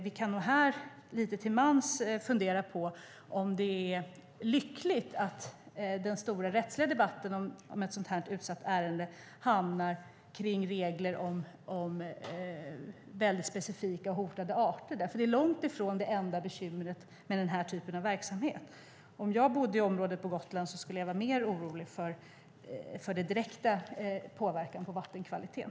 Vi bör nog lite till mans fundera på om det är lyckligt att den stora rättsliga debatten om ett så pass utsatt ärende har kommit att handla om specifika hotade arter, för det är långt ifrån det enda bekymret med denna typ av verksamhet. Om jag bodde i det aktuella området på Gotland skulle jag vara mer orolig för den direkta påverkan på vattenkvaliteten.